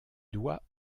doigts